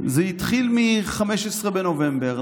זה התחיל מ-15 בנובמבר.